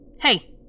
Hey